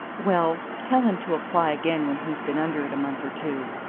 well, tell him to apply again when he's been under it a month or two.